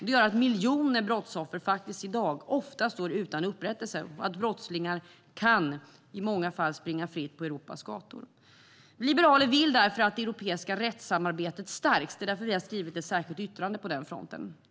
Det gör att miljoner brottsoffer i dag ofta står utan upprättelse och att brottslingar i många fall kan springa fritt på Europas gator. Vi liberaler vill därför att det europeiska rättssamarbetet stärks. Det är därför vi har skrivit ett särskilt yttrande på den fronten.